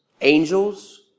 angels